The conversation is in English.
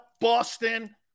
Boston